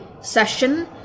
session